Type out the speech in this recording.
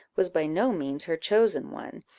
was by no means her chosen one,